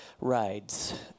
rides